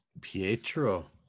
Pietro